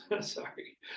sorry